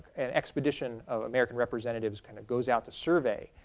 an expedition of american representatives kind of goes out to survey.